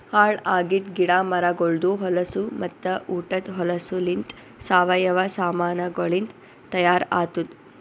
ಹಾಳ್ ಆಗಿದ್ ಗಿಡ ಮರಗೊಳ್ದು ಹೊಲಸು ಮತ್ತ ಉಟದ್ ಹೊಲಸುಲಿಂತ್ ಸಾವಯವ ಸಾಮಾನಗೊಳಿಂದ್ ತೈಯಾರ್ ಆತ್ತುದ್